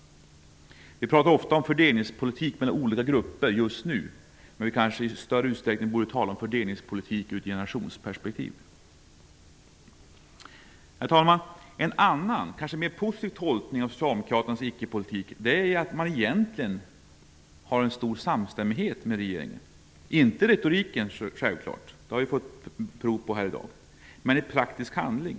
Vi pratar ofta om fördelningspolitik mellan olika grupper just nu. Men vi kanske i större utsträckning borde tala om fördelningspolitik i ett generationsperspektiv. Herr talman! En annan -- och mer positiv -- tolkning av Socialdemokraternas icke-politik är att den egentligen visar en stor samstämmighet med regeringen. Självfallet inte i retoriken -- det har vi fått se prov på i dag -- men i praktisk handling.